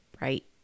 right